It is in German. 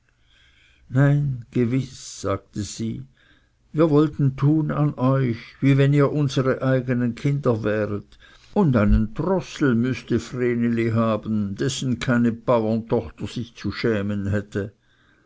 nein gewiß sagte sie wir wollten tun an euch wie wenn ihr unsere eigenen kinder wäret und einen trossel müßte vreneli haben dessen keine baurentochter sich zu schämen hätte